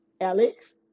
Alex